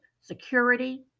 security